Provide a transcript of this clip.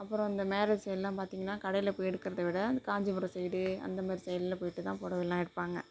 அப்புறம் இந்த மேரேஜ் சைட்லாம் பார்த்திங்கன்னா கடையில் போய் எடுக்கிறத விட இந்த காஞ்சிபுரம் சைடு அந்தமாதிரி சைட்ல போய்ட்டு தான் புடவைலாம் எடுப்பாங்கள்